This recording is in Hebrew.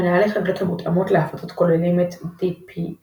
מנהלי חבילות המותאמות להפצות כוללים את dpkg,